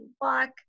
walk